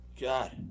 God